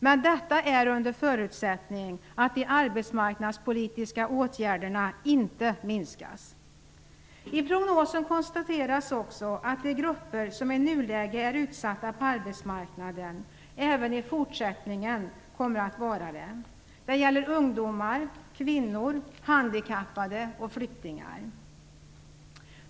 Men detta är under förutsättning att de arbetsmarknadspolitiska åtgärderna inte minskas. I prognosen konstateras också att det grupper som i nuläget är utsatta på arbetsmarknaden även i fortsättningen kommer att vara det. Det gäller ungdomar, kvinnor, handikappade och flyktingar.